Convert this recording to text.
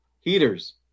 Heaters